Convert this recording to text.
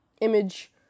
image